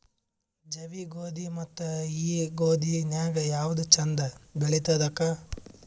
ಜವಿ ಗೋಧಿ ಮತ್ತ ಈ ಗೋಧಿ ನ್ಯಾಗ ಯಾವ್ದು ಛಂದ ಬೆಳಿತದ ಅಕ್ಕಾ?